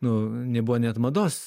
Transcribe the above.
nu nebuvo net mados